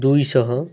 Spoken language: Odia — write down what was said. ଦୁଇ ଶହ